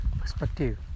perspective